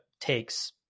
takes